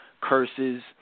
curses